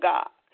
God